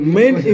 main